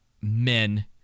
men